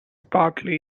partly